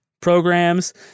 programs